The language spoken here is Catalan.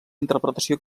interpretació